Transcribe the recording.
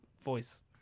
voice